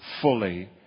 fully